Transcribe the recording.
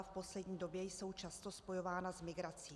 V poslední době jsou často spojována s migrací.